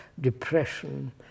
depression